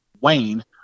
Wayne